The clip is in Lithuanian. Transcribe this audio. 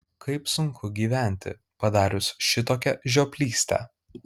kaip sunku gyventi padarius šitokią žioplystę